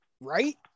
right